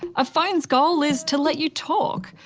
a phone's goal is to let you talk,